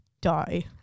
die